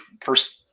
first